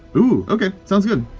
ooh, okay, sounds good.